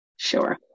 Sure